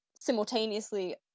simultaneously